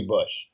Bush